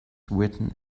written